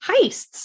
heists